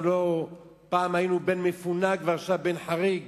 אנחנו פעם היינו בן מפונק, ועכשיו, בן חריג.